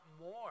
more